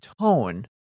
tone